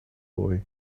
boy